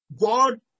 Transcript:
God